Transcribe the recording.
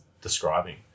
describing